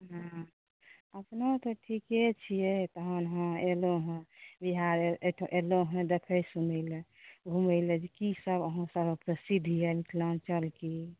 हॅं अपने तऽ ठीके छियै तहन हॅं अयलहुँ बिहार अयलहुँ हॅं देखै सुनैला घुमै लए कि की सभ अहाँ सभक प्रसिद्ध यऽ मिथिलाञ्चलके